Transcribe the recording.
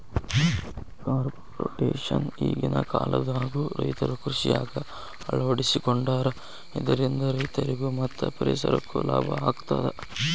crop rotation ಈಗಿನ ಕಾಲದಾಗು ರೈತರು ಕೃಷಿಯಾಗ ಅಳವಡಿಸಿಕೊಂಡಾರ ಇದರಿಂದ ರೈತರಿಗೂ ಮತ್ತ ಪರಿಸರಕ್ಕೂ ಲಾಭ ಆಗತದ